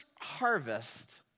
harvest